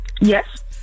Yes